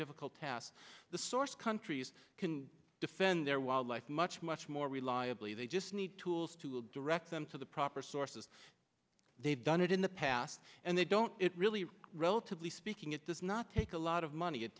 difficult task the source countries can defend their wildlife much much more reliably they just need tools to direct them to the proper sources they've done it in the past and they don't it really relatively speaking it does not take a lot of money it